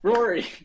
Rory